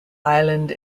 island